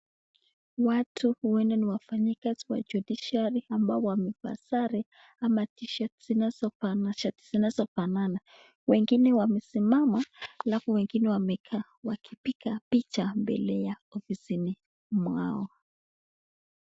Watu huenda ni wafanyakazi wa judishiali ambao wamevaa sare ama t-shirt zinazofanana. Wengine wamesimama na wengine wamekaa wakipiga picha mbele ya ofisini mwao.